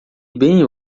bem